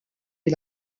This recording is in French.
est